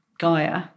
Gaia